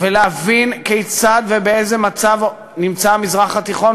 ולהבין כיצד ובאיזה מצב נמצא המזרח התיכון